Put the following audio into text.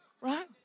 right